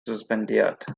suspendiert